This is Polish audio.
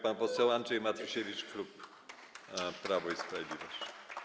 Pan poseł Andrzej Matusiewicz, klub Prawo i Sprawiedliwość.